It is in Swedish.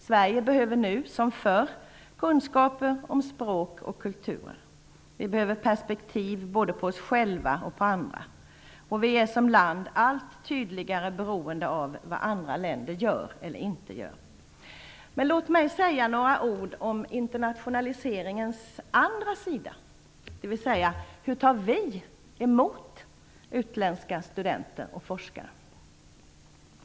Sverige behöver nu som förr kunskaper om språk och kulturer. Vi behöver perspektiv både på oss själva och på andra. Vi är som land allt tydligare beroende av vad andra länder gör eller inte gör. Låt mig säga några ord om internationaliseringens andra sida: Hur tar vi emot utländska studenter och forskare?